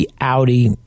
Audi